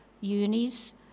unis